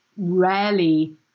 Rarely